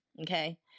Okay